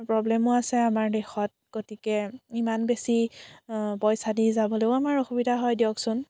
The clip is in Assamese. প্ৰব্লেমো আছে আমাৰ দেশত গতিকে ইমান বেছি পইছা দি যাবলৈও আমাৰ অসুবিধা হয় দিয়কচোন